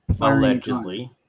allegedly